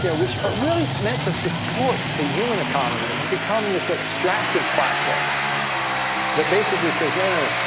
yeah which are really meant to support the human economy, have become this extractive platform that basically says, no,